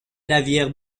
navires